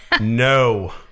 no